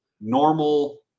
normal